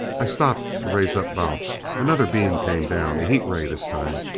i stopped to raise up balch. another beam came down. a heat ray this time.